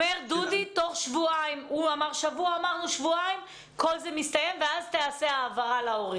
אומר דודי תוך שבועיים כל זה מסתיים ואז תיעשה ההעברה להורים.